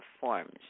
forms